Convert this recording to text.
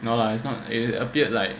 no lah it's not it appeared like